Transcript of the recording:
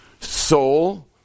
soul